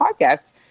podcast